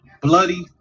bloody